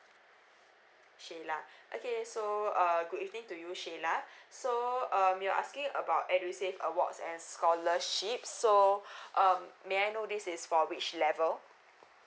sheila okay so uh good evening to you sheila so um you're asking about edusave awards and scholarships so um may I know this is for which level